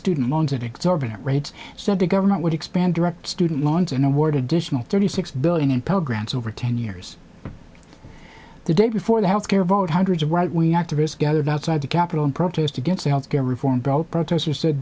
student loans at exorbitant rates so the government would expand direct student loans and award additional thirty six billion in pell grants over ten years the day before the health care vote hundreds of right wing activists gathered outside the capitol in protest against health care reform brought protesters